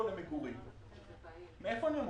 סיעודיות בפיקוח משרד הרווחה,